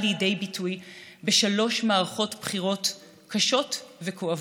לידי ביטוי בשלוש מערכות בחירות קשות וכואבות.